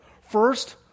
First